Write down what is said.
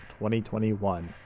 2021